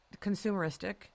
consumeristic